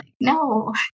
no